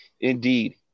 Indeed